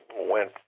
went